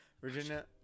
Virginia